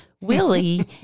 Willie